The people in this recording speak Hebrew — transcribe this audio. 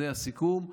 זה הסיכום.